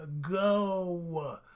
Go